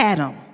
Adam